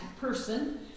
person